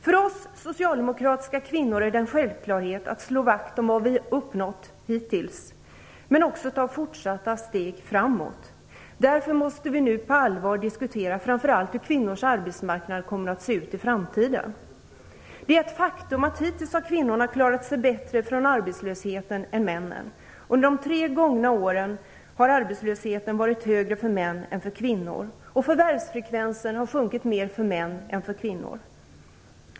För oss socialdemokratiska kvinnor är det en självklarhet att slå vakt om det vi har uppnått hittills, men också att ta fortsatta steg framåt. Därför måste vi nu på allvar diskutera framför allt hur kvinnors arbetsmarknad kommer att se ut i framtiden. Det är ett faktum att kvinnorna hittills har klarat sig bättre från arbetslöshet än männen. Under de tre gångna åren har arbetslösheten varit högre för män än för kvinnor, och förvärvsfrekvensen har sjunkit mer för män än för kvinnor.